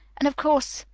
and, of course,